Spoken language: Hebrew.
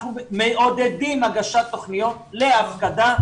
אנחנו מעודדים הגשת תוכניות להפקדה,